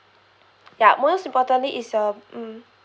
ya most importantly is a mm